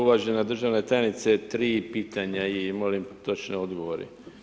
Uvažena državna tajnice 3 pitanja i molim točne odgovore.